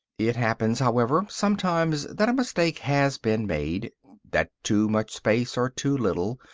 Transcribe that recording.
it happens, however, sometimes that a mistake has been made that too much space, or too little,